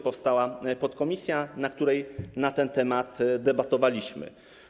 Powstała też podkomisja, w której na ten temat debatowaliśmy.